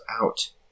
out